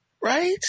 Right